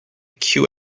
queue